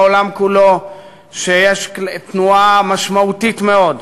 בעולם כולו שיש תנועה משמעותית מאוד,